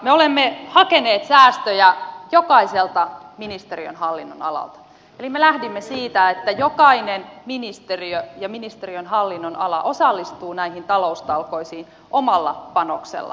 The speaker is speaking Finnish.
me olemme hakeneet säästöjä jokaiselta ministeriön hallinnonalalta eli me lähdimme siitä että jokainen ministeriö ja ministeriön hallinnonala osallistuu näihin taloustalkoisiin omalla panoksellaan